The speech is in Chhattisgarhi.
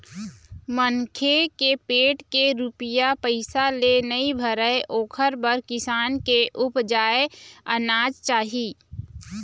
मनखे के पेट के रूपिया पइसा ले नइ भरय ओखर बर किसान के उपजाए अनाज चाही